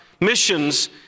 Missions